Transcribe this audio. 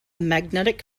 magnetic